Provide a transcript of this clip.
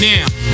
Now